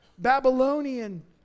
Babylonian